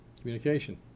communication